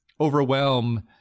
overwhelm